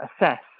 assess